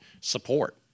support